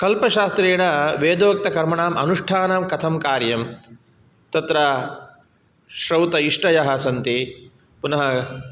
क्लपशास्त्रेण वेदोक्तकर्मणाम् अनुष्ठानं कथं कार्यं तत्र श्रौत इष्टयः सन्ति पुनः